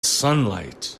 sunlight